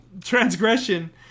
Transgression